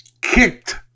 kicked